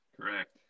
correct